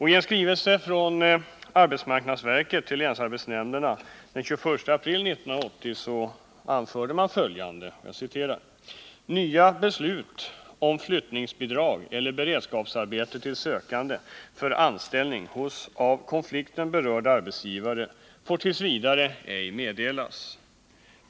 I en skrivelse från arbetsmarknadsverket till länsarbetsnämnderna den 21 april 1980 anfördes följande: ”Nya beslut om flyttningsbidrag eller beredskapsarbete till sökande för anställning hos av konflikten berörd arbetsgivare får tills vidare ej meddelas.